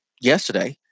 yesterday